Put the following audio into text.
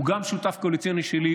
הוא גם שותף קואליציוני שלי,